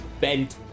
bent